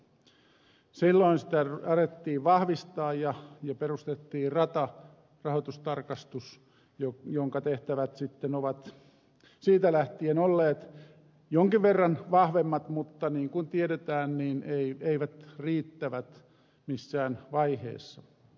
silloin sitä alettiin vahvistaa ja perustettiin rata rahoitustarkastus jonka tehtävät ovat siitä lähtien olleet jonkin verran vahvemmat mutta niin kuin tiedetään niin eivät riittävät missään vaiheessa